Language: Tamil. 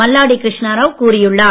மல்லாடி கிருஷ்ணராவ் கூறியுள்ளார்